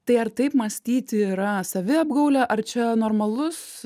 tai ar taip mąstyti yra saviapgaulė ar čia normalus